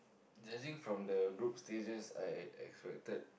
judging from the group stages I expected